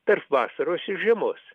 tarp vasaros ir žiemos